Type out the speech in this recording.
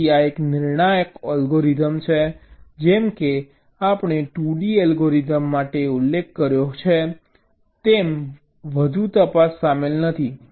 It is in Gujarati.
તેથી આ એક નિર્ણાયક અલ્ગોરિધમ છે જેમ કે આપણે 2d અલ્ગોરિધમ માટે ઉલ્લેખ કર્યો છે તેમ વધુ તપાસમાં સામેલ નથી